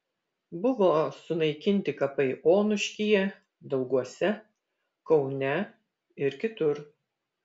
buvo sunaikinti kapai onuškyje dauguose kaune ir kitur